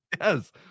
Yes